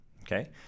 okay